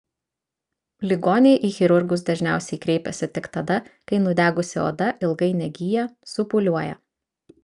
ligoniai į chirurgus dažniausiai kreipiasi tik tada kai nudegusi oda ilgai negyja supūliuoja